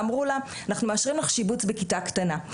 ואמרו לה אנחנו מאשרים לך שיבוץ בכיתה קטנה.